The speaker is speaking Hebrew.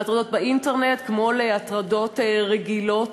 להטרדות באינטרנט, כמו להטרדות רגילות,